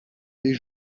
les